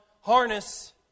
harness